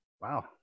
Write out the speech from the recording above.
Wow